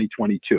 2022